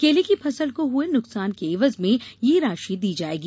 केले की फसल को हुए नुकसान के ऐवज में यह राशि दी जायेगी